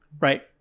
Right